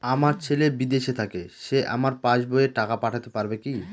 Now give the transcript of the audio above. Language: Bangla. আমার ছেলে বিদেশে থাকে সে আমার পাসবই এ টাকা পাঠাতে পারবে কি?